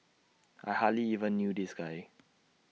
I hardly even knew this guy